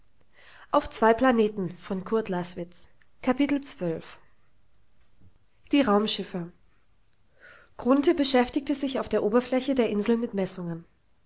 sogleich rufen die raumschiffer grunthe beschäftigte sich auf der oberfläche der insel mit messungen